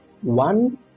one